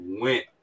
went